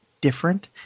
different